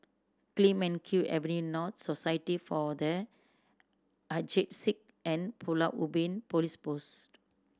Clemenceau Avenue North Society for The Aged Sick and Pulau Ubin Police Post